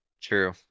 True